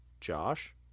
Josh